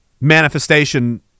manifestation